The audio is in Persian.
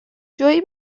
جویی